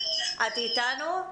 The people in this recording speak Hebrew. את אתנו?